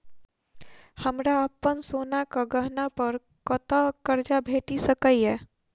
हमरा अप्पन सोनाक गहना पड़ कतऽ करजा भेटि सकैये?